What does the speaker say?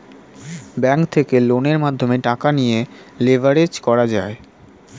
bank থেকে লোনের মাধ্যমে টাকা নিয়ে লেভারেজ করা যায়